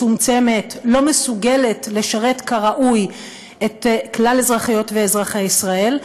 מצומצמת ולא מסוגלת לשרת כראוי את כלל אזרחיות ואזרחי ישראל.